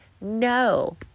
no